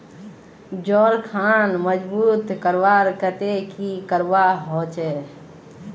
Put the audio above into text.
जोड़ खान मजबूत करवार केते की करवा होचए?